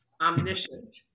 omniscient